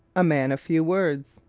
a man of few words